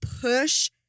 push